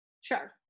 Sure